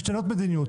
הן משנות מדיניות.